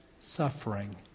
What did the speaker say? suffering